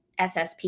SSP